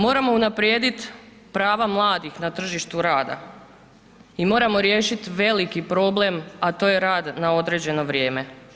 Moramo unaprijediti prava mladih na tržištu rada i moramo riješiti veliki problem, a to je rad na određeno vrijeme.